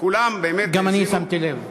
כולם באמת האזינו, גם אני שמתי לב לעניין.